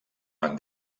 van